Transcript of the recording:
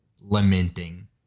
lamenting